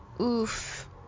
Oof